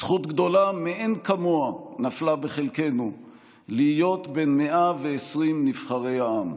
זכות גדולה מאין כמוה נפלה בחלקנו להיות בין 120 נבחרי העם.